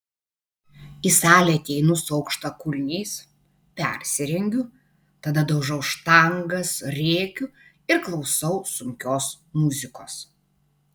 į salę ateinu su aukštakulniais persirengiu tada daužau štangas rėkiu ir klausau sunkios muzikos